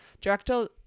Director